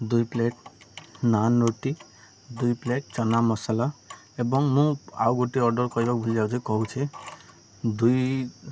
ଦୁଇ ପ୍ଲେଟ୍ ନାନ୍ ରୋଟି ଦୁଇ ପ୍ଲେଟ୍ ଚଣା ମସଲା ଏବଂ ମୁଁ ଆଉ ଗୋଟେ ଅର୍ଡ଼ର୍ କରିବାକୁ ଭୁଲିଯାଉଛି କହୁଛି ଦୁଇ